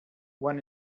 one